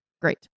Great